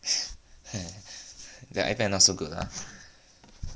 the ipad not so good ah